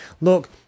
Look